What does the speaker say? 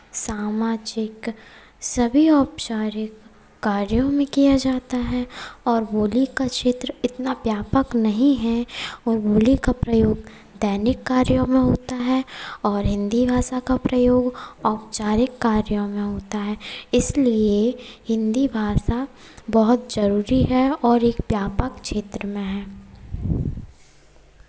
सामाजिक सभी औपचारिक कार्यों में किया जाता है और बोली का क्षेत्र इतना व्यापक नहीं है और बोली का प्रयोग दैनिक कार्यों में होता है और हिंदी भाषा का प्रयोग औपचारिक कार्यों में होता है इसलिये हिंदी भाषा बहुत जरूरी है और एक व्यापक क्षेत्र में है